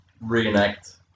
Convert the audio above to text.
reenact